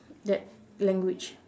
that language